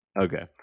Okay